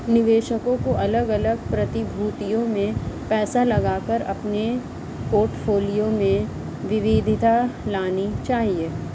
निवेशकों को अलग अलग प्रतिभूतियों में पैसा लगाकर अपने पोर्टफोलियो में विविधता लानी चाहिए